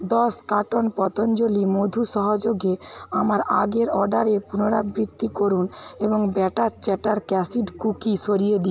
দশ কার্টন পতঞ্জলি মধু সহযোগে আমার আগের অর্ডারের পুনরাবৃত্তি করুন এবং ব্যাটার চ্যাটার ক্যাশিউ কুকি সরিয়ে